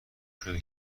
شده